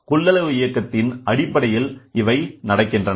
கொள்ளவு இயக்கத்தின் அடிப்படையில் இவை நடக்கின்றன